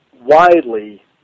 widely